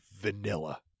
vanilla